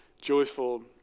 joyful